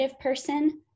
person